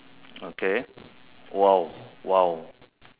okay !wow! !wow!